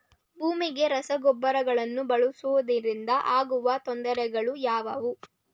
ಭೂಮಿಗೆ ರಸಗೊಬ್ಬರಗಳನ್ನು ಬಳಸುವುದರಿಂದ ಆಗುವ ತೊಂದರೆಗಳು ಯಾವುವು?